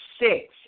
six